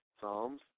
psalms